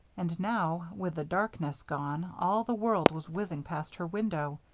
and now, with the darkness gone, all the world was whizzing past her window.